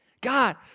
God